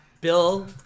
Bill